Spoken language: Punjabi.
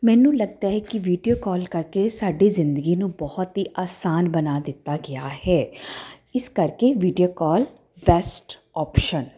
ਮੈਨੂੰ ਲੱਗਦਾ ਹੈ ਕੀ ਵੀਡੀਓ ਕਾਲ ਕਰਕੇ ਸਾਡੀ ਜ਼ਿੰਦਗੀ ਨੂੰ ਬਹੁਤ ਹੀ ਆਸਾਨ ਬਣਾ ਦਿੱਤਾ ਗਿਆ ਹੈ ਇਸ ਕਰਕੇ ਵੀਡੀਓ ਕਾਲ ਬੈਸਟ ਆਪਸ਼ਨ